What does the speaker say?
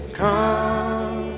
come